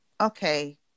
okay